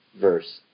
verse